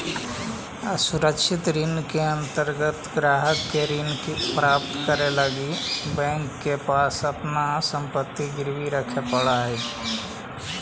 असुरक्षित ऋण के अंतर्गत ग्राहक के ऋण प्राप्त करे लगी बैंक के पास अपन संपत्ति गिरवी न रखे पड़ऽ हइ